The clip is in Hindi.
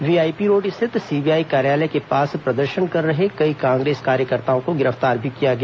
वीआईपी रोड स्थित सीबीआई कार्यालय के पास प्रदर्शन कर रहे कई कांग्रेस कार्यकर्ताओं को गिरफ्तार भी किया गया